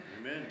Amen